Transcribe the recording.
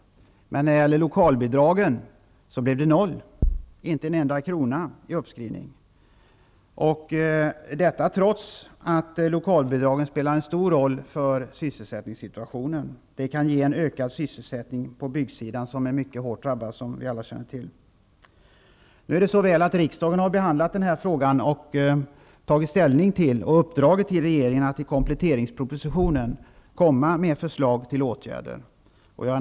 Men när det gäller lokalbidragen blev det noll. Det blev inte en enda krona i uppskrivning. Detta skedde trots att lokalbidragen spelar en stor roll för sysselsättningssituationen. De kan ge en ökad sysselsättning på byggsidan. Den är ju mycket hårt drabbad, vilket vi alla känner till. Nu har riksdagen behandlat den här frågan och tagit ställning till den. Man har uppdragit till regeringen att i kompletteringspropositionen komma med förslag till åtgärder.